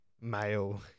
male